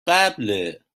قبله